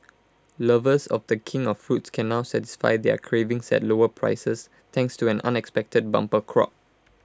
lovers of the king of fruits can now satisfy their cravings at lower prices thanks to an unexpected bumper crop